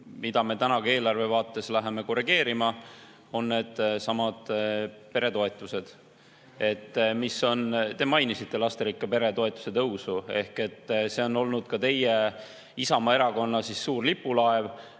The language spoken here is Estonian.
mida me täna ka eelarve vaates läheme korrigeerima, on needsamad peretoetused. Te mainisite lasterikka pere toetuse tõusu, ehk see on olnud ka teie, Isamaa Erakonna suur lipulaev.